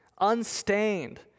unstained